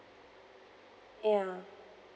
ya